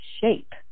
shape